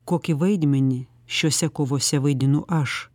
kokį vaidmenį šiose kovose vaidinu aš